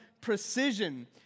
precision